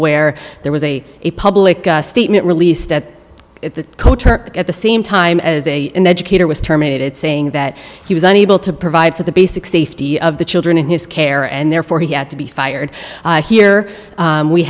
where there was a a public statement released at the at the same time as a educator was terminated saying that he was unable to provide for the basic safety of the children in his care and therefore he had to be fired here